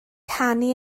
canu